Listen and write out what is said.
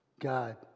God